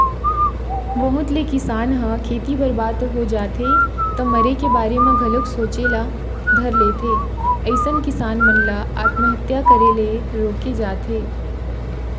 बहुत ले किसान ह खेती बरबाद हो जाथे त मरे के बारे म घलोक सोचे ल धर लेथे अइसन किसान मन ल आत्महत्या करे ले रोके जाथे